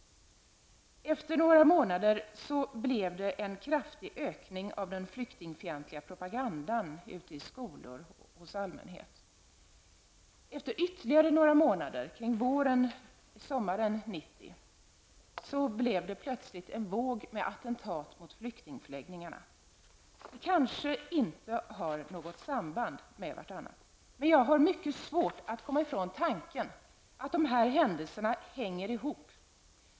Efter några månader blev det en kraftig ökning av den flyktingfientliga propagandan ute skolor och hos allmänheten. Efter ytterligare några månader, framåt våren och sommaren 1990, blev det plötsligt en våg av attentat mot flyktingförläggningar. Det kanske inte har något samband med varandra, men jag har mycket svårt att komma ifrån tanken att dessa händelser hänger ihop.